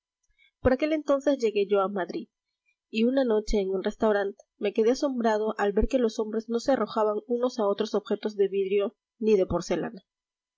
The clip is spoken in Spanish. por aquel entonces llegué yo a madrid y una noche en un restaurant me quedé asombrado al ver que los hombres no se arrojaban unos a otros objetos de vidrio ni de porcelana